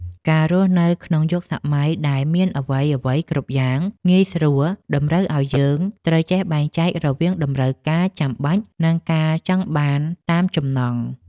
ការរស់នៅក្នុងយុគសម័យដែលមានអ្វីៗគ្រប់យ៉ាងងាយស្រួលតម្រូវឱ្យយើងត្រូវចេះបែងចែករវាងតម្រូវការចាំបាច់ និងការចង់បានតាមចំណង់។